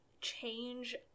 change